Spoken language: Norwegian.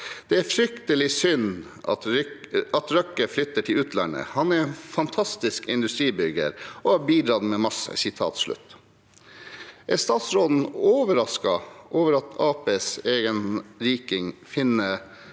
«Det er fryktelig synd at Røkke flytter til utlandet. Han er en fantastisk industribygger og har bidratt med masse.» Er statsråden overrasket over at Arbeiderpartiets egen riking finner